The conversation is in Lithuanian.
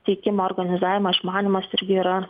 teikimo organizavimą išmanymas irgi yra